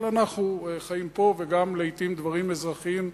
אבל אנחנו חיים פה וגם לעתים דברים אזרחיים,